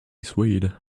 swayed